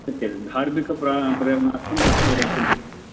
शक्यते धार्मिक प्र प्रेरणार्थं तत्र गन्तुं शक्यते